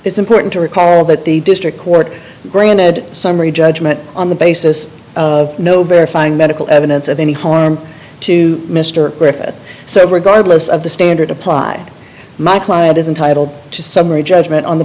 it's important to require that the district court granted summary judgment on the basis of no verifying medical evidence of any harm to mr griffith so regardless of the standard applied my client is entitled to summary judgment on the